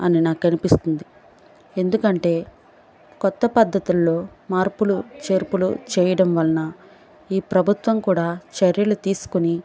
అని నాకనిపిస్తుంది ఎందుకంటే కొత్త పద్ధతుల్లో మార్పులు చేర్పులు చేయడం వలన ఈ ప్రభుత్వం కూడా చర్యలు తీసుకుని